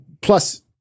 Plus